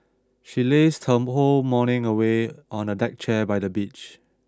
she lazed her whole morning away on a deck chair by the beach